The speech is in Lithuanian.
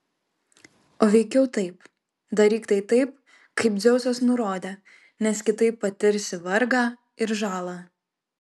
o veikiau taip daryk tai taip kaip dzeusas nurodė nes kitaip patirsi vargą ir žalą